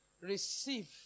receive